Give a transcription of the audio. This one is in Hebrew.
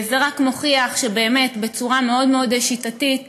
זה רק מוכיח שנגענו בנושא בצורה מאוד שיטתית ורצינית,